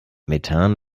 methan